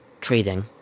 trading